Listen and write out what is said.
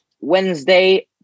Wednesday